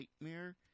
Nightmare